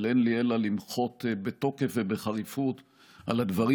אבל אין לי אלא למחות בתוקף ובחריפות על הדברים